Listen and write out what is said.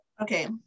okay